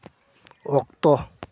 ᱚᱠᱛᱚ